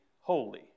holy